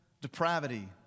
depravity